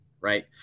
Right